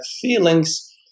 feelings